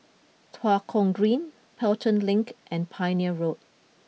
Tua Kong Green Pelton Link and Pioneer Road